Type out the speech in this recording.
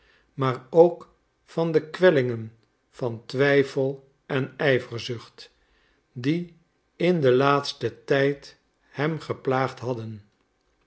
maar ook van de kwellingen van twijfel en ijverzucht die in den laatsten tijd hem geplaagd hadden